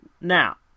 Now